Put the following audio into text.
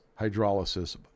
hydrolysis